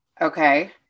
Okay